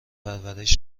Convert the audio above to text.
پرورش